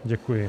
Děkuji.